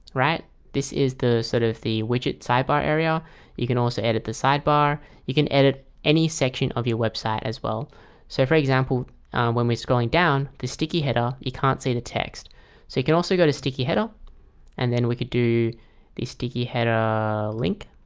right this is the sort of the widget sidebar area you can also edit the sidebar you can edit any section of your website as well so for example when we're scrolling down the sticky header you can't see the text so you can also go to sticky header and then we could do the sticky header ah link